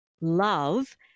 love